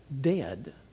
dead